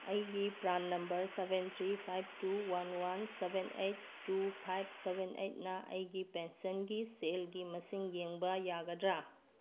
ꯑꯩꯒꯤ ꯄ꯭ꯔꯥꯟ number seven three five two one one one seven eight two five seven ꯑꯩꯠꯅ ꯑꯩꯒꯤ ꯄꯦꯟꯁꯤꯜꯒꯤ ꯁꯦꯜꯒꯤ ꯃꯁꯤꯡ ꯌꯦꯡꯕ ꯌꯥꯒꯗ꯭ꯔ